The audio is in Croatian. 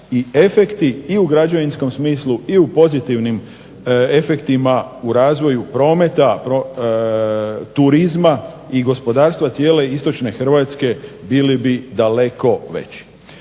i efekti i u građevinskom smislu i u pozitivnim efektima u razvoju prometa, turizma i gospodarstva cijele istočne Hrvatske bili bi daleko veći.